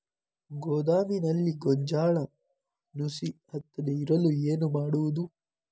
ಗೋದಾಮಿನಲ್ಲಿ ಗೋಂಜಾಳ ನುಸಿ ಹತ್ತದೇ ಇರಲು ಏನು ಮಾಡುವುದು?